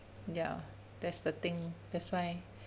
ya that's the thing that's why